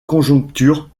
conjecture